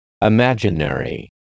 Imaginary